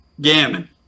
Gammon